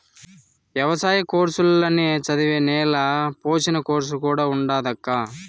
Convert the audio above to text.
ఎవసాయ కోర్సుల్ల నే చదివే నేల పోషణ కోర్సు కూడా ఉండాదక్కా